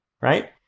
right